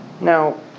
Now